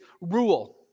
rule